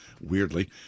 weirdly